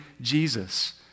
Jesus